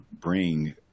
bring